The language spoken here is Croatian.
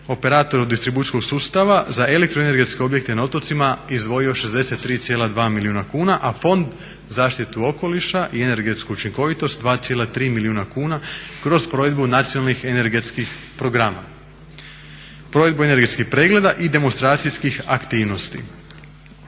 operator distribucijskog sustava za elektroenergetske objekte na otocima izdvojio 63,2 milijuna kuna, a Fond za zaštitu okoliša i energetsku učinkovitost 2,3 milijuna kuna kroz provedbu nacionalnih energetskih programa, provedbu energetskih pregleda i demonstracijskih aktivnosti.